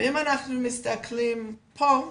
אם אנחנו מסתכלים פה,